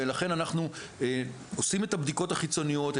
ולכן אנחנו עושים את הבדיקות החיצוניות,